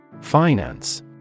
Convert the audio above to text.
Finance